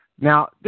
Now